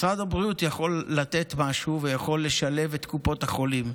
משרד הבריאות יכול לתת משהו ויכול לשלב את קופות החולים,